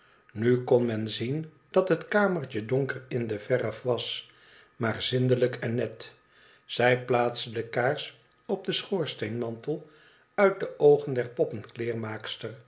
nu kon men zien dat het kamertje donker in de verf was maar zindelijk en net zij plaatste de kaars op den schoorsteenmantel uit de oogen der